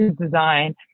design